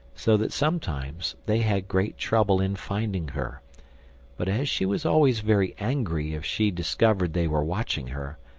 so that sometimes they had great trouble in finding her but as she was always very angry if she discovered they were watching her,